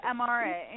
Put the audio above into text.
MRA